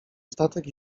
statek